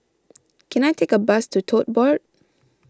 can I take a bus to Tote Board